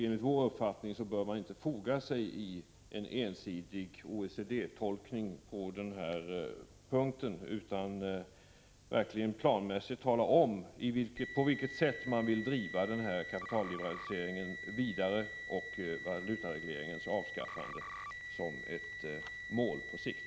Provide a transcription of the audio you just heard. Enligt vår uppfattning bör man inte foga sig i en ensidig OECD-tolkning på den här punkten, utan verkligen planmässigt tala om på vilket sätt man vill driva denna kapitalliberalisering vidare, med valutaregleringens avskaffande som ett mål på sikt.